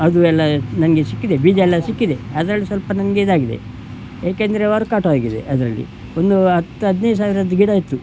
ಅದು ಎಲ್ಲ ನನಗೆ ಸಿಕ್ಕಿದೆ ಬೀಜಯೆಲ್ಲ ಸಿಕ್ಕಿದೆ ಅದರಲ್ಲಿ ಸ್ವಲ್ಪ ನನಗೆ ಇದಾಗಿದೆ ಯಾಕೆಂದರೆ ವರ್ಕ್ಔಟಾಗಿದೆ ಅದರಲ್ಲಿ ಒಂದು ಹತ್ತು ಹದ್ನೈದು ಸಾವಿರದ್ದು ಗಿಡ ಇತ್ತು